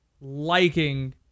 liking